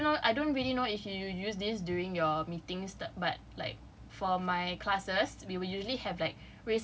okay I don't even know I don't really know if you use this during your meetings but like for my classes they will usually have like